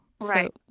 Right